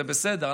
זה בסדר,